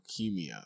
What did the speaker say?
leukemia